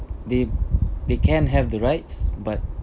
they they can have the rights but